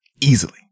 Easily